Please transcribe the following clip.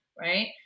right